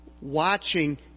watching